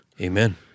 Amen